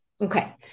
Okay